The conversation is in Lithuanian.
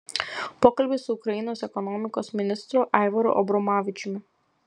pokalbis su ukrainos ekonomikos ministru aivaru abromavičiumi